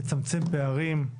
לצמצם פערים,